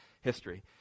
history